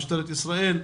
משטרת ישראל,